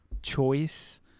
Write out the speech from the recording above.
choice